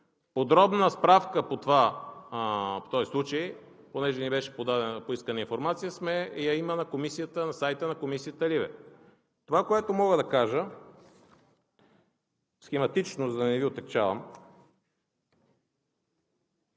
Подробна справка по този случай – понеже ни беше поискана информация, я има на сайта на Комисията LIBE. Това, което мога да кажа схематично по този случай,